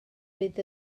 fydd